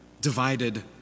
divided